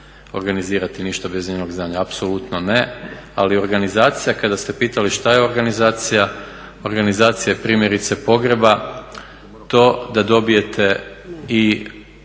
organizirati ništa bez njenog znanja. Apsolutno ne. Ali organizacija kada ste pitali šta je organizacija, organizacija primjerice pogreba je to da dobijete i